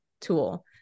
tool